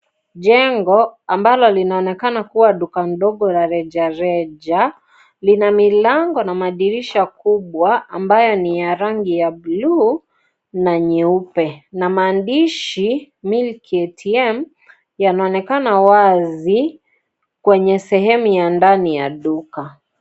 Jengo ambalo linaonekana kuwa duko ndogo la rejereja lina milango na madirisha kubwa ambayo ni ya rangi ya bluu na nyeupe na maandishi milk atm yanaonekana wazi kwenye sehemu ya ndani ya duka.